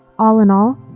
all in all,